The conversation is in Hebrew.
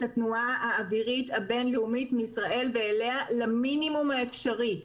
התנועה האווירית הבין-לאומית מישראל ואליה למינימום האפשרי.